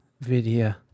video